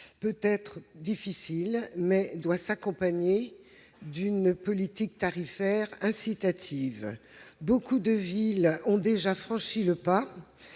entreprise difficile, qui doit s'accompagner d'une politique tarifaire incitative. Beaucoup de villes ont déjà franchi le pas